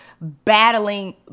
battling